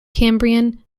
cambrian